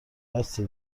بسه